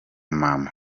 mama